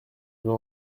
nous